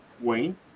Wayne